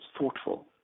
thoughtful